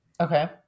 Okay